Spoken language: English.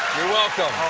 you're welcome.